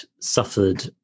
suffered